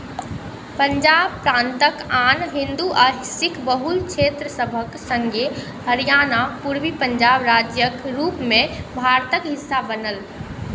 पंजाब प्रान्तक आन हिन्दू आ सिख बहुल क्षेत्रसभक सङ्गे हरियाणा पूर्वी पंजाब राज्यक रूपमे भारतक हिस्सा बनल